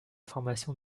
formation